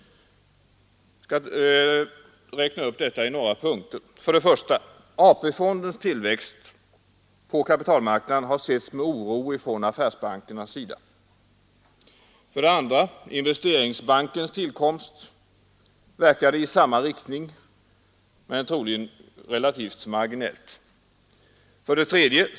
Jag skall här ange detta i några punkter. 1. AP-fondens tillväxt på kapitalmarknaden har setts med oro från affärsbankernas sida. 2. Investeringsbankens tillkomst verkade i samma riktning men troligen relativt marginellt. 3.